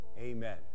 Amen